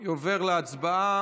אני עובר להצבעה.